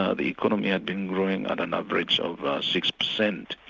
ah the economy had been growing at an average of six percent.